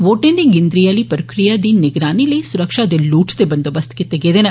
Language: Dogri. वोटें दी गिनतरी आहली प्रक्रिया दी निगरानी लेई सुरक्षा दे उचित बंदोबस्त कीते गेदे न